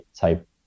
type